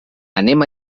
anem